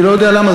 לא יוכלו ללמוד